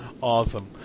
Awesome